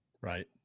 Right